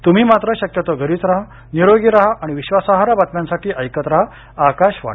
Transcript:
तुम्ही मात्र शक्यतो घरीच रहा निरोगी रहा आणि विश्वासार्ह बातम्यांसाठी ऐकत रहा आकाशवाणी